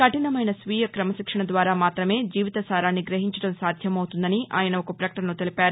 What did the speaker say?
కఠినమైన స్వీయ క్రమశిక్షణ ద్వారా మాత్రమే జీవిత సారాన్ని గ్రహించడం సాధ్యమవుతుందని ఆయన ఒక ప్రపకటనలో తెలిపారు